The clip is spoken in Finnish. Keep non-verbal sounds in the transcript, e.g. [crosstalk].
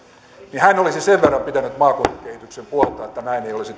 niin hän olisi sen verran pitänyt maakuntien kehityksen puolta että näin ei olisi [unintelligible]